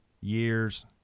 years